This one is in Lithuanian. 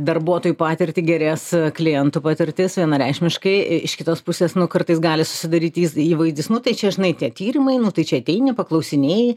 darbuotojų patirtį gerės klientų patirtis vienareikšmiškai iš kitos pusės nu kartais gali susidaryti įvaizdis nu tai čia žinai tie tyrimai nu tai čia ateini paklausinėji